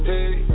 Hey